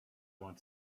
want